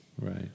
Right